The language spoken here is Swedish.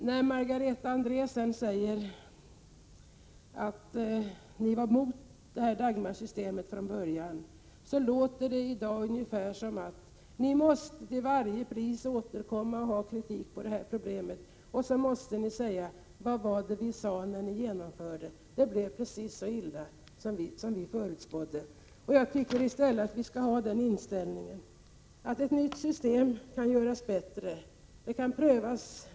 När Margareta Andrén säger att folkpartiet redan från början var emot Dagmarsystemet verkar det i dag som om folkpartiet till varje pris måste återkomma med kritik och säga: Vad var det vi sade när förslaget genomfördes, det blev precis så illa som vi förutspådde. I stället borde man ha den inställningen att ett nytt system kan göras bättre.